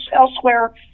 elsewhere